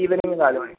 evening നാലുമണി